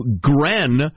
Gren